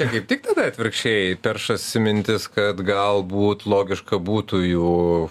tai kaip tik tada atvirkščiai peršasi mintis kad galbūt logiška būtų jų